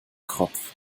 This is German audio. kropf